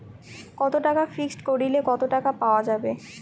কত টাকা ফিক্সড করিলে কত টাকা পাওয়া যাবে?